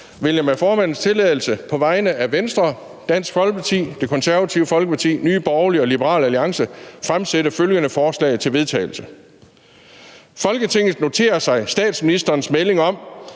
vil jeg med formandens tilladelse på vegne af Venstre, Dansk Folkeparti, Det Konservative Folkeparti, Nye Borgerlige og Liberal Alliance fremsætte følgende: Forslag til vedtagelse »Folketinget noterer sig statsministerens melding om,